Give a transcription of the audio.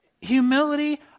Humility